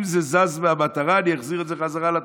אם זה זז מהמטרה, אני אחזיר את זה חזרה לתוכנית.